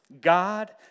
God